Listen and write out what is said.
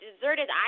deserted